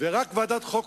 רק ועדת החוקה,